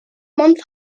month